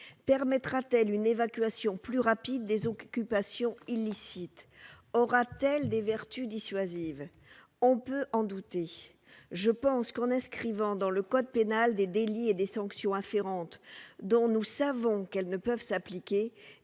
Permettra-t-elle une évacuation plus rapide des occupations illicites ? Aura-t-elle des vertus dissuasives ? On peut en douter ! Je pense qu'inscrire dans le code pénal des délits et des sanctions afférentes tout en sachant très bien que celles-ci ne peuvent s'appliquer